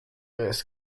jest